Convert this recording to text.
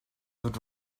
would